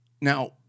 Now